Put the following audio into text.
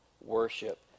worship